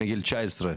מגיל 19,